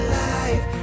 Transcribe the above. life